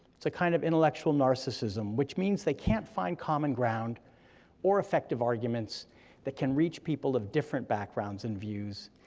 it's a kind of intellectual narcissism, which means they can't find common ground or effective arguments that can reach people of different backgrounds and views,